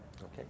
Okay